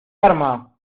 arma